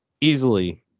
easily